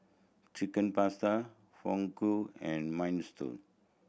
Chicken Pasta Fugu and Minestrone